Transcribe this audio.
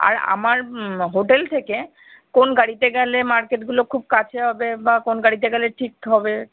আর আমার হোটেল থেকে কোন গাড়িতে গেলে মার্কেটগুলো খুব কাছে হবে বা কোন গাড়িতে গেলে ঠিক হবে